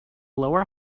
lower